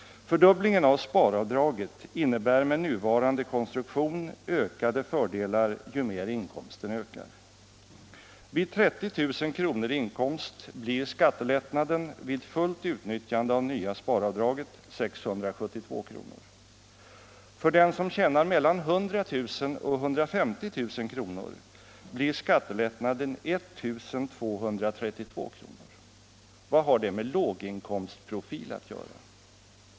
Fördubblingen av sparavdraget innebär med nuvarande konstruktion ökade fördelar ju mer inkomsten ökar. Vid 30 000 kr. i inkomst blir skattelättnaden vid fullt utnyttjande av det nya sparavdraget 672 kr. För den som tjänar mellan 100 000 och 150 000 kr. blir skattelättnaden 1232 kr. Vad har det med låginkomstprofil att göra?